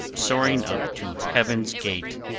soaring up to heaven's gate.